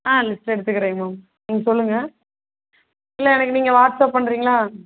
ஆ list எடுத்துக்கிறேன் ma'am நீங்கள் சொல்லுங்கள் இல்லை எனக்கு நீங்கள் வாட்ஸ் அப் பண்ணுறிங்களா